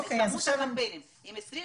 על כמות הקמפיינים, אם 21